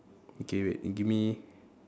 okay wait give me